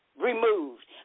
removed